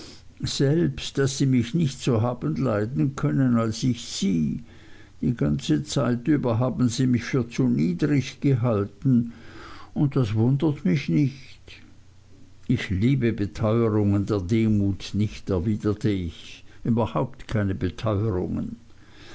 selbst daß sie mich nicht so haben leiden können als ich sie die ganze zeit über haben sie mich für zu niedrig gehalten und das wundert mich nicht ich liebe beteuerungen der demut nicht erwiderte ich überhaupt keine beteuerungen